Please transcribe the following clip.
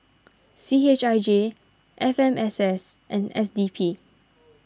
C H I J F M S S and S D P